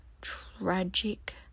tragic